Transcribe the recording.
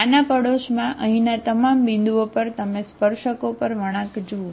આના પડોશમાં અહીંના તમામ બિંદુઓ પર તમે સ્પર્શકો પર વળાંક જુઓ